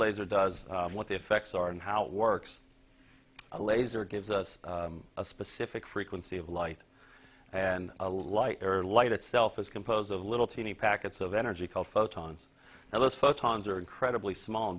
laser does what the effects are and how it works a laser gives us a specific frequency of light and light or light itself is composed of little teeny packets of energy called photons now those photons are incredibly small